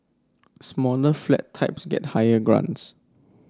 smaller flat types get higher grants